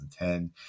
2010